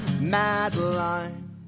Madeline